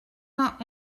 vingt